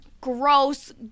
gross